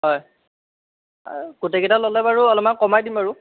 হয় গোটেই কেইটা ল'লে বাৰু অলপমান কমাই দিম বাৰু